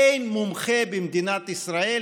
אין מומחה במדינת ישראל,